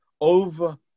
over